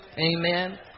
Amen